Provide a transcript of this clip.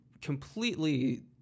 completely